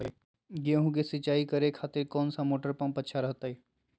गेहूं के सिंचाई करे खातिर कौन सा मोटर पंप अच्छा रहतय?